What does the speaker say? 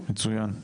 מצוין.